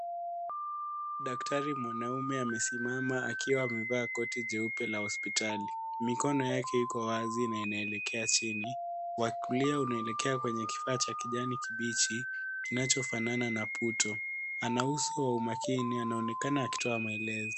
Daktari mwanaume amesimama akiwaamevaa koti jeupe la hospitali, mikono yake iko wazi na inaelekea chini wa kulia unaelekea kwenye kifaa cha kijani kibichi kinacho fanana na buto, ana uso wa makini anaonekana akitoa maelezo.